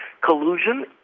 Collusion